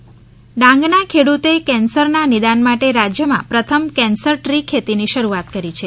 cancer tree ડાંગના ખેડુતે કેન્સરના નિદાન માટે રાજ્યમાં પ્રથમ કેન્સર દ્રી ખેતીની શરૂઆત કરી છે